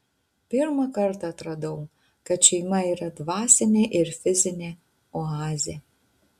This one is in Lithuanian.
pirmą kartą atradau kad šeima yra dvasinė ir fizinė oazė